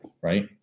right